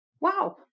wow